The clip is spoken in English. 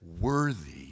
worthy